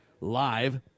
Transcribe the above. live